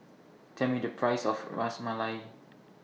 Tell Me The Price of Ras Malai